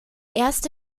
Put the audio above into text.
erste